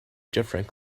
different